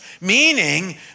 meaning